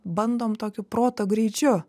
bandom tokiu proto greičiu